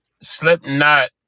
Slipknot